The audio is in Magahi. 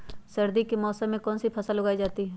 सर्दी के मौसम में कौन सी फसल उगाई जाती है?